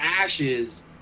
ashes